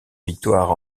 victoire